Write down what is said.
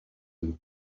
and